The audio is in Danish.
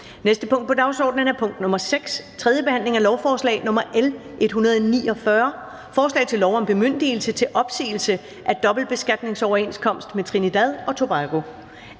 næste punkt på dagsordenen er: 6) 3. behandling af lovforslag nr. L 149: Forslag til lov om bemyndigelse til opsigelse af dobbeltbeskatningsoverenskomst med Trinidad og Tobago.